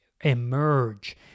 emerge